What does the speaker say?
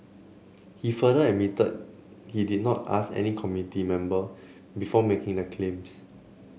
he further admitted he did not ask any committee member before making the claims